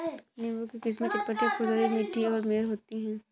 नींबू की किस्में चपटी, खुरदरी, मीठी और मेयर होती हैं